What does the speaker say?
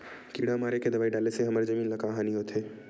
किड़ा मारे के दवाई डाले से हमर जमीन ल का हानि होथे?